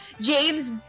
James